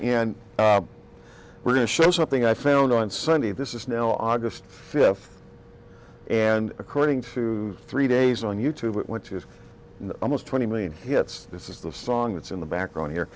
and we're going to show something i found on sunday this is now august fifth and according to three days on you tube which is almost twenty million hits this is the song that's in the background here